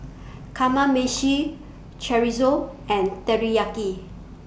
Kamameshi Chorizo and Teriyaki